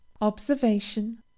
observation